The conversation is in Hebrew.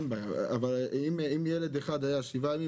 אבל אם תמו שבעה ימים של ילד אחד,